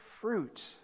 fruit